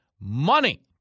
money